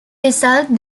result